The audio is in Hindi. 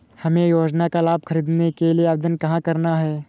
हमें योजना का लाभ ख़रीदने के लिए आवेदन कहाँ करना है?